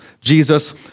Jesus